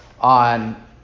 on